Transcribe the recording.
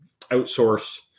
outsource